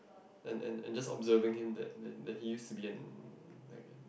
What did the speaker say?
and and and just observing him that that that he used to be an like